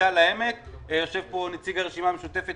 ומגדל העמק יושב פה נציג הרשימה המשותפת,